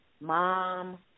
mom